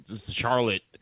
Charlotte